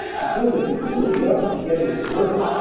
because, if you do, we ought to be getting to work.